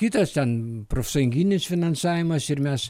kitas ten profsąjunginis finansavimas ir mes